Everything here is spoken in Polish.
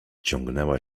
ciągnęła